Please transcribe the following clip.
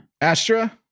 Astra